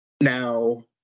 now